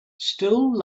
still